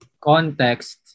context